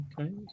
Okay